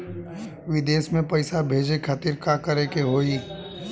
विदेश मे पैसा भेजे खातिर का करे के होयी?